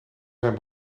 zijn